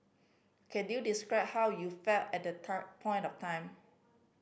can you describe how you felt at point of time